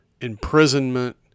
imprisonment